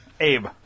Abe